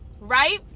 right